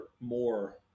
more